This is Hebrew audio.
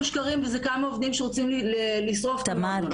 שקרים ואלה כמה עובדים שרוצים לשרוף את התאגיד.